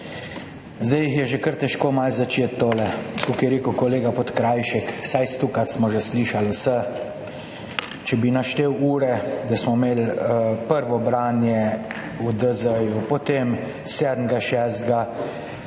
Zdaj je že kar malo težko začeti tole, tako kot je rekel kolega Podkrajšek, vsaj stokrat smo že vse slišali. Če bi naštel ure, da smo imeli prvo branje v DZ, potem 7. 6.